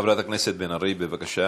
חברת הכנסת בן ארי, בבקשה.